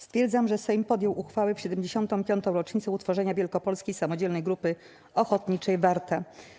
Stwierdzam, że Sejm podjął uchwałę w 75. rocznicę utworzenia Wielkopolskiej Samodzielnej Grupy Ochotniczej „Warta”